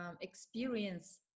experience